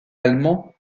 allemand